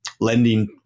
lending